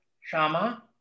Shama